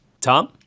Tom